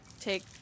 take